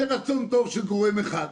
זה רצון טוב של גורם אחד.